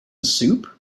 soup